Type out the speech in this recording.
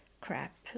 crap